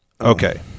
okay